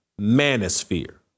Manosphere